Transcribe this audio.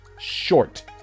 short